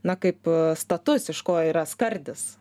na kaip status iš ko yra skardis